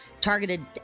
targeted